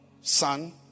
Son